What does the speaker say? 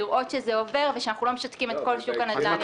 לראות שזה עובר ושאנחנו לא משתקים את כל שוק הנדל"ן.